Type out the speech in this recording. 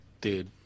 Dude